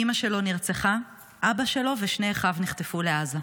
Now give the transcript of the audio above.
אימא שלו נרצחה, אבא שלו ושני אחיו נחטפו לעזה.